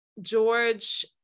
George